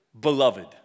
beloved